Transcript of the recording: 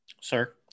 sir